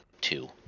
Two